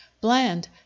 Bland